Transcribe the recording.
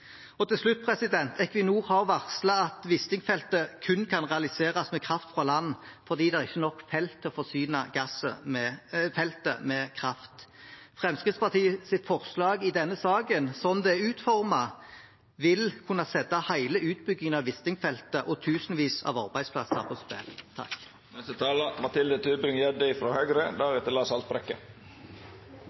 Til slutt: Equinor har varslet at Wisting-feltet kun kan realiseres med kraft fra land, fordi det er ikke nok gass til å forsyne feltet med kraft. Fremskrittspartiets forslag i denne saken, slik det er utformet, vil kunne sette hele utbyggingen av Wisting-feltet og tusenvis av arbeidsplasser på spill.